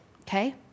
okay